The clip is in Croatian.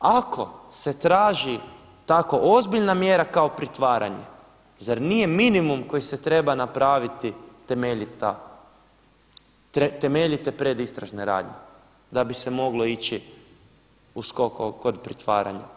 Ako se traži tako ozbiljna mjera kao pritvaranje, zar nije minimum koji se treba napraviti temeljite predistražne radnje da bi se moglo ići u USKOK, kod pritvaranja?